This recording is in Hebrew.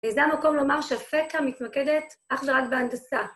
וזה המקום לומר שאפקה מתמקדת אך ורק בהנדסה.